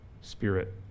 spirit